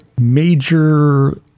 major